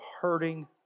hurting